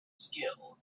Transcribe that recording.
skill